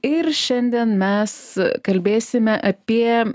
ir šiandien mes kalbėsime apie